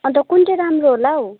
अन्त त कुन चाहिँ राम्रो होला हौ